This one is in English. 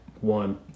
one